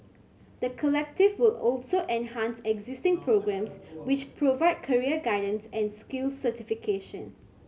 the Collective will also enhance existing programmes which provide career guidance and skills certification